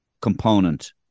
component